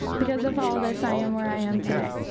because of all this i am where i am today.